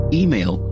email